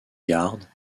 garde